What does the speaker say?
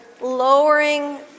lowering